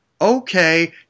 Okay